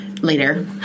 later